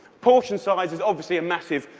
portion size is obviously a massive,